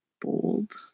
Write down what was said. bold